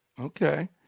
Okay